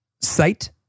sight